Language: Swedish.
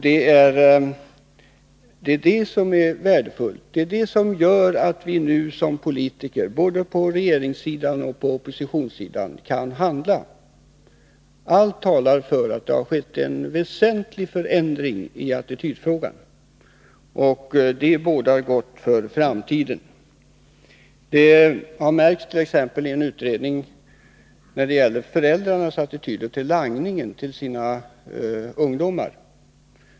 Det är det som är värdefullt, och som gör att vi nu som politiker både på regeringssidan och på oppositionssidan kan handla. Allt talar för att det har skett en väsentlig förändring i attitydfrågan. Det bådar gott för framtiden. Förändringen har t.ex. märkts i en utredning gällande föräldrarnas attityder när det gäller langningen till sina ungdomar.